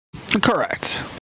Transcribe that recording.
Correct